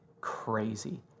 crazy